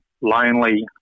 lonely